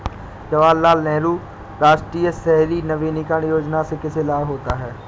जवाहर लाल नेहरू राष्ट्रीय शहरी नवीकरण योजना से किसे लाभ होता है?